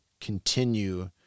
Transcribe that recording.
continue